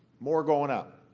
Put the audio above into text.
more going out.